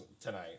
tonight